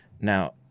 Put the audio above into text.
now